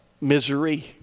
misery